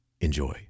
Enjoy